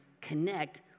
connect